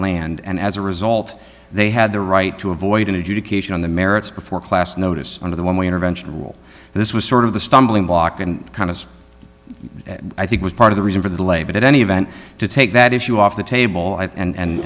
land and as a result they had the right to avoid an adjudication on the merits before class notice of the one way intervention rule this was sort of the stumbling block and kind of i think was part of the reason for the delay but in any event to take that issue off the table and a